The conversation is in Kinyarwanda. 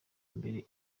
mbere